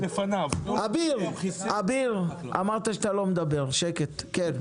אביר, אביר, אמרת שאתה לא מדבר, שקט, כן.